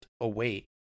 away